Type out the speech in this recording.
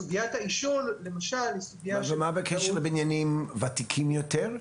סוגיית העישון למשל היא --- מה לגבי בניינים ותיקים יותר?